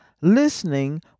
listening